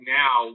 now